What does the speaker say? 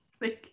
thank